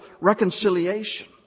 reconciliation